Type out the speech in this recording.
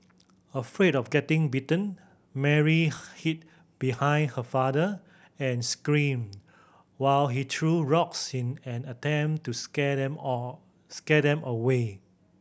afraid of getting bitten Mary hid behind her father and screamed while he threw rocks in an attempt to scare them all scare them away